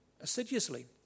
assiduously